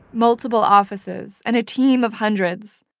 multiple offices, and a team of hundreds,